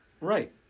right